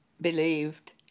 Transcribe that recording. believed